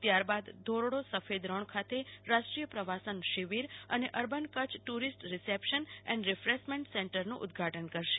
ત્યાર બાદ ધોરડો સફેદ રન ખાતે રાષ્ટ્રીય પ્રવાસન શિબિર અને urban Kutch tourist reception and refreshment સેન્ટરનું ઉદ્વાટન કરશે